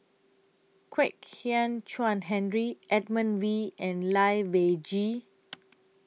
Kwek Hian Chuan Henry Edmund Wee and Lai Weijie